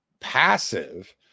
passive